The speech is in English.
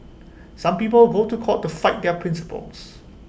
some people go to court to fight their principles